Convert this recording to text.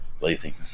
lazy